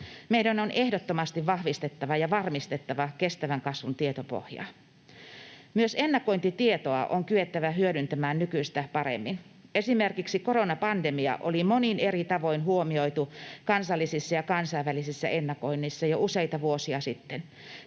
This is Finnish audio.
Meidän on ehdottomasti vahvistettava ja varmistettava kestävän kasvun tietopohjaa. Myös ennakointitietoa on kyettävä hyödyntämään nykyistä paremmin. Esimerkiksi koronapandemia oli monin eri tavoin huomioitu kansallisissa ja kansainvälisissä ennakoinneissa jo useita vuosia sitten.